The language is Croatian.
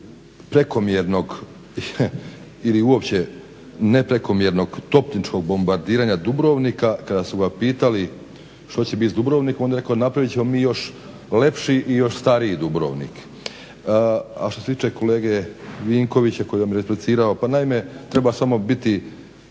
prekomjernog ili uopće neprekomjernog topničkog bombardiranja Dubrovnika, kada su ga pitali što će biti s Dubrovnikom, on je rekao napravit ćemo mi još lepši i još stariji Dubrovnik." A što se tiče kolege Vinkovića koji vam je replicirao, pa naime treba samo biti,